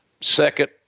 second